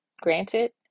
granted